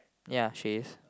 ya she is